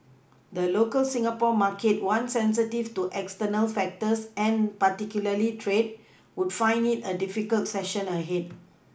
the local Singapore market one sensitive to external factors and particularly trade would find it a difficult session ahead